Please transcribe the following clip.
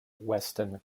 weston